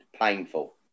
painful